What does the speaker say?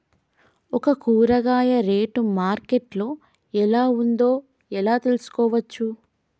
ఒక కూరగాయ rate market లో ఎలా ఉందో ఎలా తెలుసుకోవచ్చు?